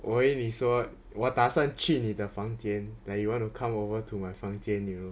我以为你说我打算去你的房间 that you want to come over to my 房间 you know